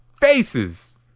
faces